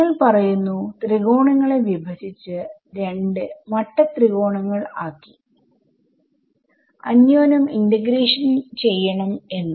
നിങ്ങൾ പറയുന്നു ത്രികോണങ്ങളെ വിഭജിച്ചു 2 മട്ടത്രികോണങ്ങൾ ആക്കിഅന്യോന്യം ഇന്റഗ്രേഷൻ ചെയ്യണം എന്ന്